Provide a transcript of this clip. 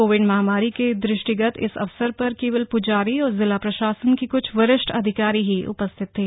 Covid महामारी के दृष्टिगत इस अवसर पर केवल पुजारी और जिला प्रशासन के कुछ वरिष्ठ अधिकारी ही उपस्थित थे